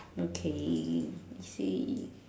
okay you see